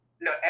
no